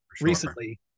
recently